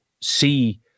see –